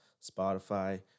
Spotify